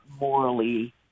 morally